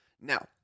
Now